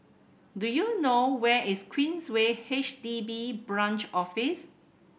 do you know where is Queensway H D B Branch Office